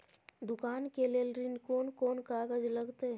दुकान के लेल ऋण कोन कौन कागज लगतै?